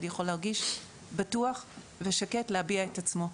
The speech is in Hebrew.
יכול להרגיש בטוח ושקט להביע את עצמו.